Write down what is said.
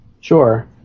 Sure